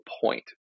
point